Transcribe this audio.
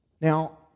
Now